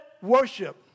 worship